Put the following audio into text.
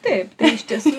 taip iš tiesų